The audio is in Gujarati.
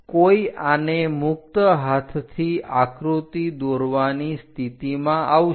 કોઈ આને મુક્ત હાથથી આકૃતિ દોરવાની સ્થિતિમાં આવશે